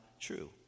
true